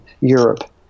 Europe